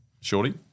Shorty